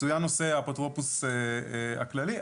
צוין נושא האפוטרופוס הכללי.